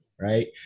right